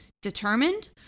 determined